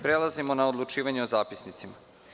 Prelazimo na odlučivanje o zapisnicima.